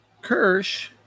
kirsch